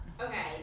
Okay